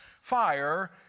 fire